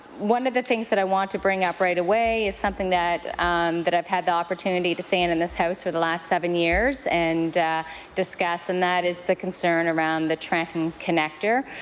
one of the things that i want to bring up right away is something that that i've had the opportunity to stand in this house in the last seven years and discuss and that is the concern around the trenton connector.